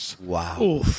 Wow